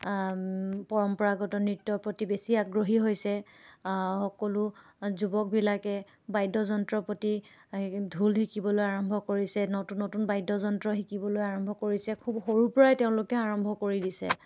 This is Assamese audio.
পৰম্পৰাগত নৃত্যৰ প্ৰতি বেছি আগ্ৰহী হৈছে সকলো যুৱকবিলাকে বাদ্যযন্ত্ৰৰ প্ৰতি এই ঢোল শিকিবলৈ আৰম্ভ কৰিছে নতুন নতুন বাদ্যযন্ত্ৰ শিকিবলৈ আৰম্ভ কৰিছে খুব সৰুৰ পৰাই তেওঁলোকে আৰম্ভ কৰি দিছে